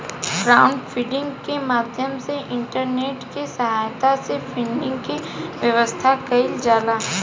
crowdfunding के माध्यम से इंटरनेट के सहायता से फंडिंग के व्यवस्था कईल जाला